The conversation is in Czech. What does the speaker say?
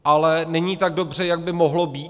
Ale není tak dobře, jak by mohlo být.